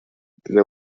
для